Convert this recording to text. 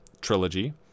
trilogy